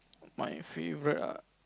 my favourite ah